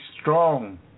strong